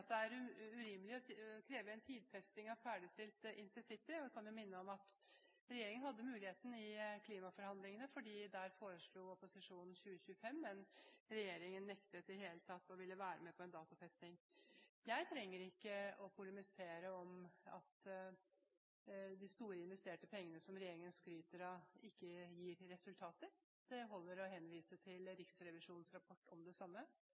sier det er urimelig å kreve en tidfesting av ferdigstilt intercity. Jeg kan jo minne om at regjeringen hadde muligheten i klimaforhandlingene, fordi der foreslo opposisjonen 2025, men regjeringen nektet i det hele tatt å ville være med på en datofesting. Jeg trenger ikke å polemisere om at de store investerte pengene som regjeringen skryter av, ikke gir resultater, det holder å henvise til Riksrevisjonens rapport om det samme: